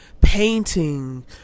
painting